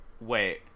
Wait